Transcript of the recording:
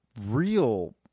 real